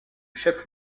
chef